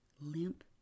limp